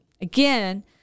again